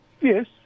Yes